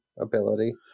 ability